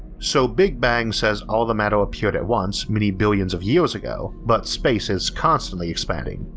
so big bang says all the matter appeared at once many billions of years ago but space is constantly expanding,